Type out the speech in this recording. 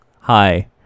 Hi